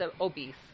obese